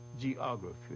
geography